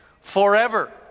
forever